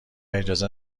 اجازه